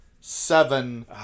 seven